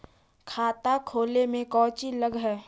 खाता खोले में कौचि लग है?